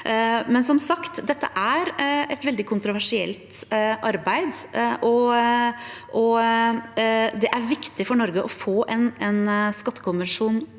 er som sagt et veldig kontroversielt arbeid, og det er viktig for Norge å få en skattekonvensjon